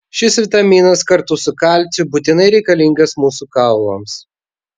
šis vitaminas kartu su kalciu būtinai reikalingas mūsų kaulams